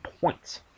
points